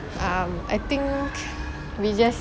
um I think we just